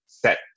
set